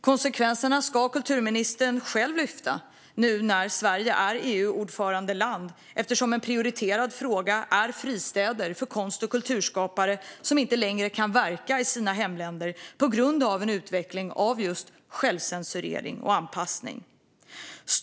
Konsekvenserna ska kulturministern själv lyfta fram nu när Sverige är EU-ordförandeland eftersom en prioriterad fråga är fristäder för konst och kulturskapare som inte längre kan verka i sina hemländer på grund av en utveckling av just självcensur och anpassning.